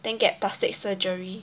then get plastic surgery